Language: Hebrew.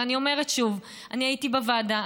אבל אני אומרת שוב: אני הייתי בוועדה,